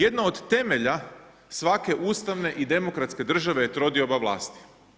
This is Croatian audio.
Jedno od temelja svake ustavne i demokratske države je trodioba vlasti.